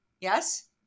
Yes